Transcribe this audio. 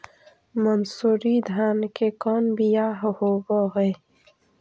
मनसूरी धान के कौन कौन बियाह होव हैं?